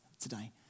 today